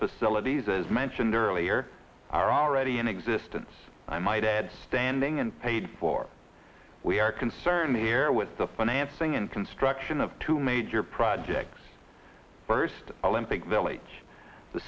facilities as mentioned earlier are already in existence i might add standing and paid for we are concerned here with the financing and construction of two major projects first olympic village the